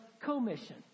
commission